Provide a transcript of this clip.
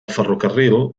ferrocarril